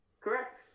Correct